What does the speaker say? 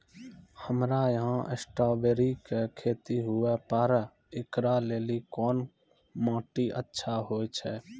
हमरा यहाँ स्ट्राबेरी के खेती हुए पारे, इकरा लेली कोन माटी अच्छा होय छै?